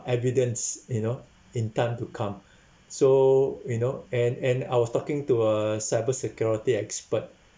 evidence you know in time to come so you know and and I was talking to a cybersecurity expert